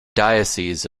diocese